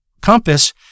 compass